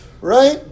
right